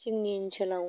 जोंनि ओनसोलाव